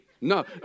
No